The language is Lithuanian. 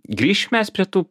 grįšim mes prie tų